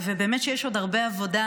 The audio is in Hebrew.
באמת שיש עוד הרבה עבודה